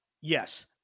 Yes